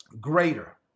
greater